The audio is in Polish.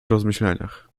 rozmyślaniach